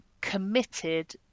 committed